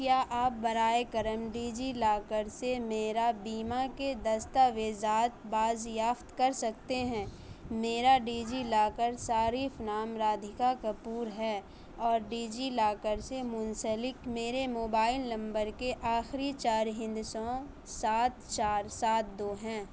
کیا آپ برائے کرم ڈیجی لاکر سے میرا بیمہ کے دستاویزات بازیافت کر سکتے ہیں میرا ڈیجی لاکر صارف نام رادکھا کپور ہے اور ڈیجی لاکر سے منسلک میرے موبائل نمبر کے آخری چار ہندسوں سات چار سات دو ہیں